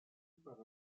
par